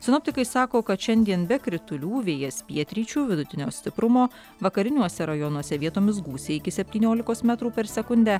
sinoptikai sako kad šiandien be kritulių vėjas pietryčių vidutinio stiprumo vakariniuose rajonuose vietomis gūsiai iki septyniolikos metrų per sekundę